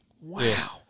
Wow